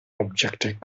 objective